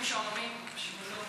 סתם, סתם אנשים משועממים, פשוט.